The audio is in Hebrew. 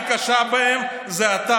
הכי קשה בהם זה אתה